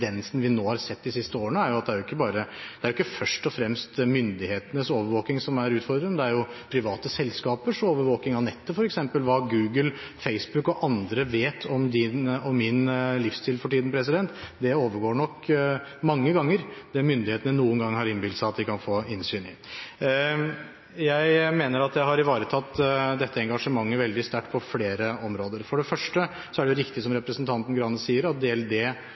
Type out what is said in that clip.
har sett de siste årene, er at det er jo ikke først og fremst myndighetenes overvåking som er utfordringen, men private selskapers overvåking av f.eks. nettet. Hva Google, Facebook og andre vet om din og min livsstil for tiden, overgår nok mange ganger det myndighetene noen gang har innbilt seg at de kan få innsyn i. Jeg mener at jeg har ivaretatt dette engasjementet veldig sterkt på flere områder. For det første er det riktig som representanten Skei Grande sier